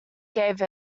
gave